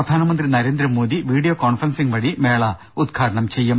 പ്രധാനമന്ത്രി Narendra Modi video conferencing വഴി മേള ഉദ്ഘാടനം ചെയ്യും